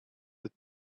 that